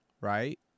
right